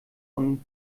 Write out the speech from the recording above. und